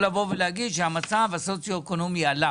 לבוא ולהגיד שהמצב הסוציו-אקונומי עלה